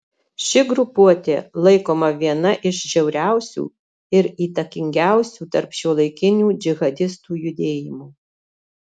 ši grupuotė laikoma viena iš žiauriausių ir įtakingiausių tarp šiuolaikinių džihadistų judėjimų